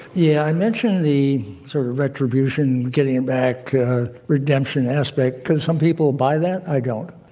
yeah. i mentioned the sort of retribution, getting it back redemption aspect because some people buy that. i don't.